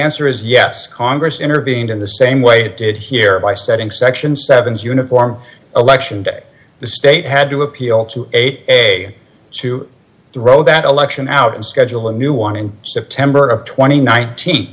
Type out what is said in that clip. answer is yes congress intervened in the same way it did here by setting section seven's uniform election day the state had to appeal to eight day to throw that election out in schedule a new one in september of twenty nin